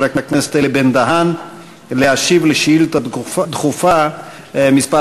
הכנסת אלי בן-דהן להשיב על שאילתה דחופה מס'